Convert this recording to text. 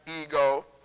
ego